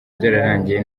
byarangiye